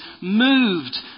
moved